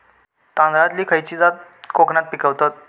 तांदलतली खयची जात कोकणात पिकवतत?